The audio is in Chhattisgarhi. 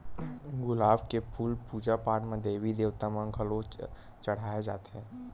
गुलाब के फूल पूजा पाठ म देवी देवता म घलो चघाए जाथे